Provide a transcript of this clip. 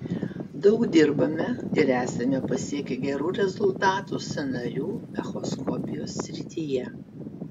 daug dirbame ir esame pasiekę gerų rezultatų sąnarių echoskopijos srityje